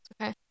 Okay